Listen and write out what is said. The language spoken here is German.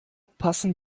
passen